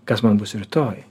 kas man bus rytoj